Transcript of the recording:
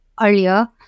earlier